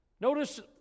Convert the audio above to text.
Notice